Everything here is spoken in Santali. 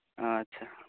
ᱟᱪᱪᱷᱟ